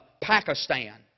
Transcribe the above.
Pakistan